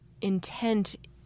intent